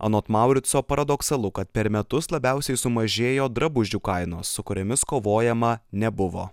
anot maurico paradoksalu kad per metus labiausiai sumažėjo drabužių kainos su kuriomis kovojama nebuvo